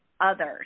others